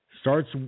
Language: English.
Starts